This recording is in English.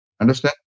Understand